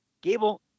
Gable